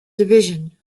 division